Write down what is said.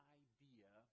idea